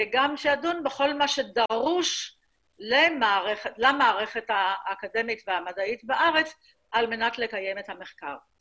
וגם שידון בכל הדרוש למערכת האקדמית והמדעית בארץ כדי לקיים את המחקר.